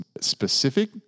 Specific